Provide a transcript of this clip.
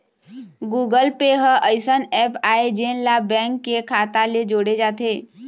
Google Pay ह अइसन app आय जेन ला बेंक के खाता ले जोड़े जाथे